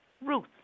Ruth